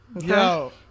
yo